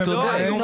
הוא צודק.